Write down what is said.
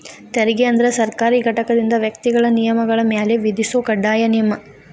ತೆರಿಗೆ ಅಂದ್ರ ಸರ್ಕಾರಿ ಘಟಕದಿಂದ ವ್ಯಕ್ತಿಗಳ ನಿಗಮಗಳ ಮ್ಯಾಲೆ ವಿಧಿಸೊ ಕಡ್ಡಾಯ ನಿಯಮ